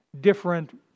different